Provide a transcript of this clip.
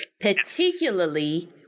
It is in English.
particularly